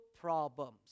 problems